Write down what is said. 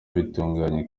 bitunguranye